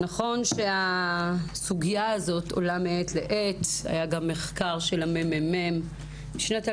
נכון שהסוגיה הזאת עולה מעת לעת וגם היה מחקר של המ.מ.מ בשנת 2018,